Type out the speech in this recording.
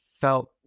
felt